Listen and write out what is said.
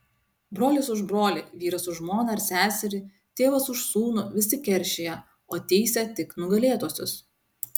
brolis už brolį vyras už žmoną ar seserį tėvas už sūnų visi keršija o teisia tik nugalėtuosius